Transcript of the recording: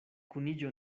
kuniĝo